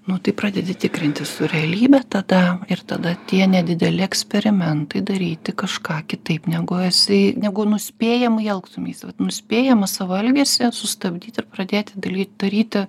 nu tai pradedi tikrintis su realybe tada ir tada tie nedideli eksperimentai daryti kažką kitaip negu esi negu nuspėjamai elgtumeisi nuspėjamą savo elgesį sustabdyt ir pradėti dalyt daryti